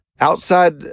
Outside